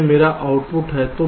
यह मेरा आउटपुट है